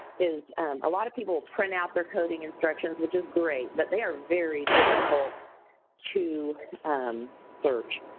is a lot of people print out their coding instructions, which is great, but they are very difficult to um search.